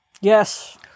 Yes